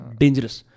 dangerous